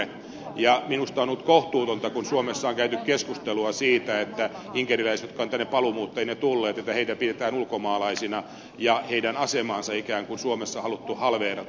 minusta on ollut kohtuutonta kun suomessa on käyty keskustelua siitä että inkeriläisiä jotka ovat tänne paluumuuttajina tulleet pidetään ulkomaalaisina ja heidän asemaansa suomessa on ikään kuin haluttu halveerata